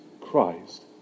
Christ